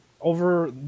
over